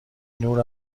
نور